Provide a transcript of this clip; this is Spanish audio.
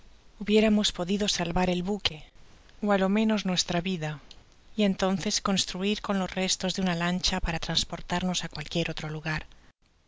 hubiéramos podido salvar el boque ó á lo menos nuestra vida y entonces construir con los restos de una lancha para transportarnos á cualquier otro lugar